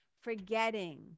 forgetting